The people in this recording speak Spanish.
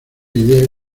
idea